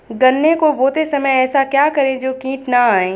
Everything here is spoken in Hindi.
गन्ने को बोते समय ऐसा क्या करें जो कीट न आयें?